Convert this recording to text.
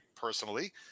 personally